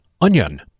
Onion